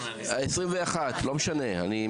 21 יש.